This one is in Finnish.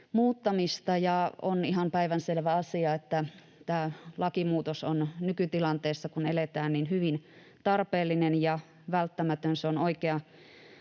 muuttamista. On ihan päivänselvä asia, että tämä lakimuutos on, kun nykytilanteessa eletään, hyvin tarpeellinen ja välttämätön, se on